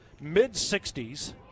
mid-60s